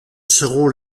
seront